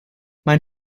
mein